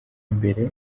mbere